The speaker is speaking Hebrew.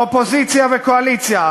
אופוזיציה וקואליציה,